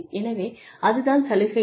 எனவே அதுதான் சலுகைகள்